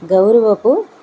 గౌరవపు